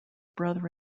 brother